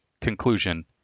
Conclusion